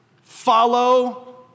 follow